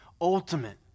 ultimate